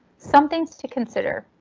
some things to consider.